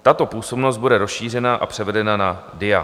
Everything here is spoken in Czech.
Tato působnost bude rozšířena a převedena na DIA.